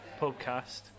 podcast